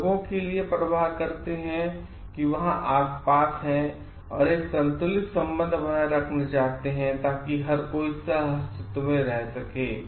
वे लोगों के लिए परवाह करते हैं कि वहां आस पास है और वेएक संतुलित संबंधबनाए रखनाचाहते हैंताकि हर कोईसह अस्तित्व में रह सके